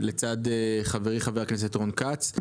לצד חברי חבר הכנסת רון כץ.